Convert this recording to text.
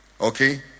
Okay